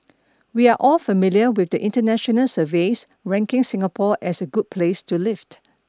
we're all familiar with the international surveys ranking Singapore as a good place to lived